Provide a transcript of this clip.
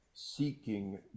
seeking